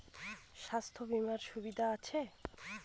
স্বাস্থ্য বিমার সুবিধা আছে?